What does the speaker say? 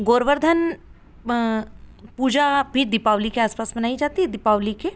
गोवर्धन पूजा भी दीपावली के आसपास मनाई जाती है दीपावली के